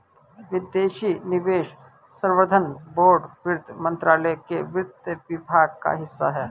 विदेशी निवेश संवर्धन बोर्ड वित्त मंत्रालय के वित्त विभाग का हिस्सा है